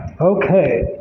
Okay